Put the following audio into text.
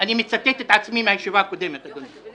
אני מצטט את עצמי מהישיבה הקודמת, אדוני.